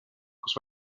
kus